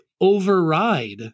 override